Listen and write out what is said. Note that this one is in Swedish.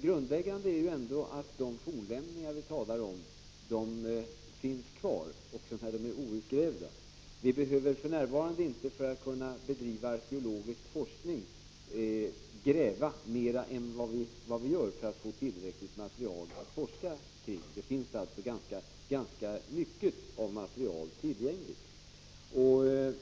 Grundläggande är ju ändå att de fornlämningar vi talar om finns kvar också när de är outgrävda. Vi behöver för närvarande inte, när det gäller att bedriva arkeologisk forskning, gräva mer än vad vi gör för att få tillräckligt material att forska kring. Det finns alltså ganska mycket material tillgängligt.